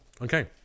Okay